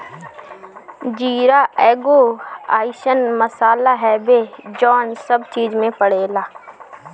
जीरा एगो अइसन मसाला हवे जवन सब चीज में पड़ेला